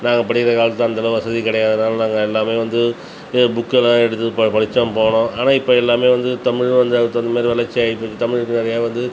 நாங்கள் படிக்கின்ற காலத்தில் அந்தளவு வசதி கிடையாது அதனால் நாங்கள் எல்லாமே வந்து புக்கில் எடுத்து ப படித்தோம் போனோம் ஆனால் இப்போ எல்லாமே வந்து தமிழும் வந்து அதுக்கு தகுந்த மாதிரி வளர்ச்சி ஆகிப்போச்சி தமிழுக்கு நிறையா வந்து